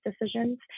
decisions